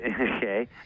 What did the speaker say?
Okay